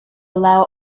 allow